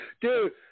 Dude